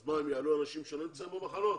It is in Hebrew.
הם יעלו אנשים שלא במחנות?